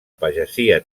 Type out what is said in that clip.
pagesia